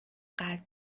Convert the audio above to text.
قطع